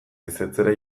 ehizatzera